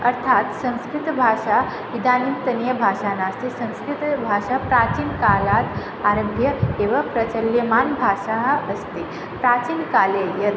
अर्थात् संस्कृतभाषा इदानींतनीया भाषा नास्ति संस्कृतभाषा प्राचीनकालात् आरभ्य एव प्रचलमाना भाषा अस्ति प्राचीनकाले यत्